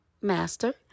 master